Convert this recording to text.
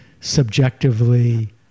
subjectively